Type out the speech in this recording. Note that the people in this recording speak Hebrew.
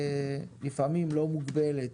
לפעמים לא מוגבלת.